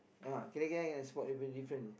ah kirakan kena spot dia punya different